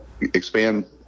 expand